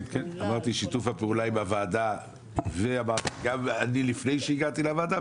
שיתוף הפעולה עם הוועדה וגם איתי לפני שהגעתי לוועדה,